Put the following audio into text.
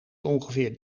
ongeveer